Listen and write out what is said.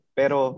pero